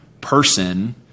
person